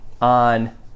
on